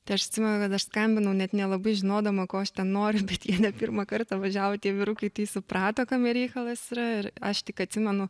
tai aš atsimenu kad aš skambinau net nelabai žinodama ko aš ten noriu bet ne pirmą kartą važiavo tie vyrukai tai suprato kame reikalas yra ir aš tik atsimenu